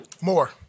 More